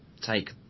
take